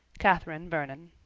catherine vernon.